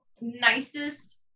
nicest